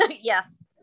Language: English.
yes